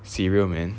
cereal man